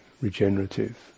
regenerative